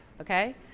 okay